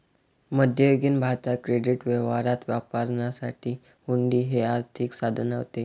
मध्ययुगीन भारतात क्रेडिट व्यवहारात वापरण्यासाठी हुंडी हे एक आर्थिक साधन होते